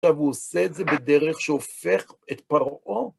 עכשיו הוא עושה את זה בדרך שהופך את פרעה